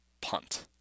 punt